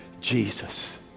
Jesus